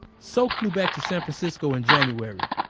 so flew back to san francisco in january.